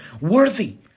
worthy